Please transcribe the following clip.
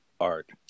art